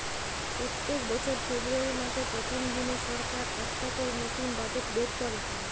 পোত্তেক বছর ফেব্রুয়ারী মাসের প্রথম দিনে সরকার একটা করে নতুন বাজেট বের কোরে